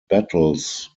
battles